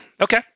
Okay